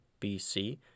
BC